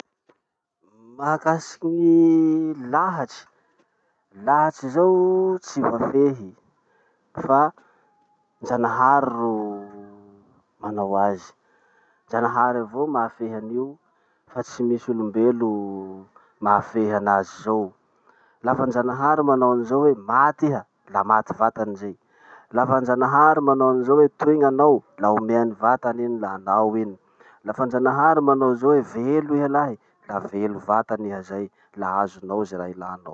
Mahakasiky gny lahatsy. Lahatsy zao tsy voafehy fa njanahary ro manao azy. Njanahary avao mahafehy anio fa tsy misy olom-belo mahafehy anazy zao. Lafa njanahary manao anizao hoe maty iha, la maty vatany zay. Lafa njanahary manao anizao hoe toy gn'anao, la omeany vatany iny la anao iny. Lafa njanahary manao anizao hoe velo iha lahy, velo vatany iha zay la azonao ze raha ilanao.